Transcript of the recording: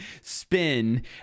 spin